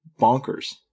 bonkers